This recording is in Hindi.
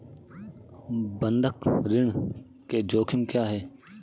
बंधक ऋण के जोखिम क्या हैं?